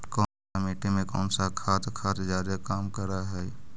कौन सा मिट्टी मे कौन सा खाद खाद जादे काम कर हाइय?